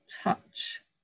touch